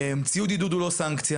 ציוד עידוד הוא לא סנקציה.